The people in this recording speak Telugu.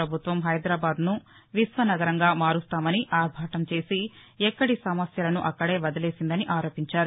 ప్రభుత్వం హైదరాబాద్ను విశ్వనగరంగా మారుస్తామని అర్బాటం చేసి ఎక్కడి సమస్యలను అక్కడే వదిలేసిందని ఆరోపించారు